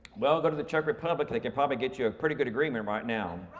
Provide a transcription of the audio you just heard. well go to the czech republic, they can probably get you a pretty good agreement right now.